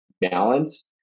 Balance